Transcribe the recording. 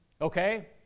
Okay